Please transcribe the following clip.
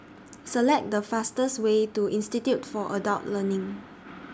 Select The fastest Way to Institute For Adult Learning